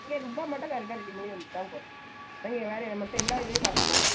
நீங்கள் ரூபாய் மட்டும் கரெக்டாக ரெடி பண்ணி தந்துட்டால் போதும் மேம் நாங்கள் வேற மற்ற எல்லா இதையும் பார்த்துக்குவோம்